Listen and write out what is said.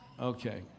Okay